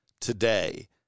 today